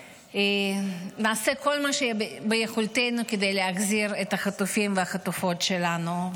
ונעשה כל מה שביכולתנו כדי להחזיר את החטופים והחטופות שלנו.